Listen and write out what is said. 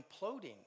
imploding